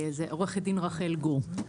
עורכת דין רחל גור.